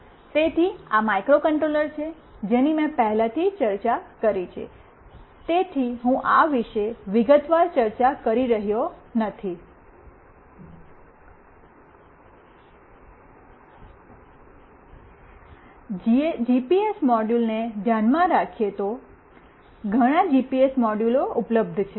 તેથી આ માઇક્રોકન્ટ્રોલર છે જેની મેં પહેલાથી ચર્ચા કરી છે તેથી હું આ વિશે વિગતવાર ચર્ચા કરી રહ્યો નથી જીપીએસ મોડ્યુલને ધ્યાનમાં રાખીયે તો ઘણાં જીપીએસ મોડ્યુલો ઉપલબ્ધ છે